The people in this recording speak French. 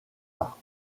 pas